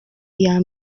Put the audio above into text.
iya